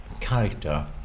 character